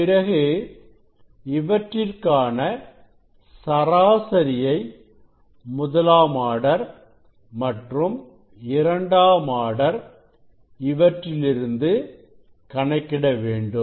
பிறகு இவற்றிற்கான சராசரியை முதலாம் ஆர்டர் மற்றும் இரண்டாம் ஆர்டர் இவற்றிலிருந்து கணக்கிட வேண்டும்